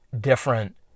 different